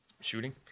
Shooting